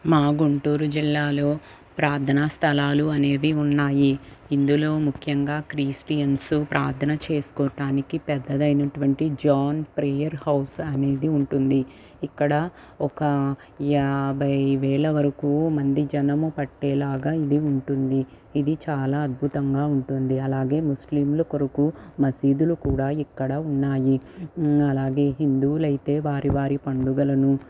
మా గుంటూరు జిల్లాలో ప్రార్థన స్థలాలు అనేవి ఉన్నాయి ఇందులో ముఖ్యంగా క్రిస్టియన్స్ ప్రార్థన చేసుకోటానికి పెద్దదైనటువంటి జాన్ ప్రేయర్ హౌస్ అనేది ఉంటుంది ఇక్కడ ఒక యాభై వేల వరకు మంది జనం పట్టేలాగా ఇది ఉంటుంది ఇది చాలా అద్భుతంగా ఉంటుంది అలాగే ముస్లింలు కొరకు మసీదులు కూడా ఇక్కడ ఉన్నాయి అలాగే హిందువులు అయితే వారి వారి పండుగలను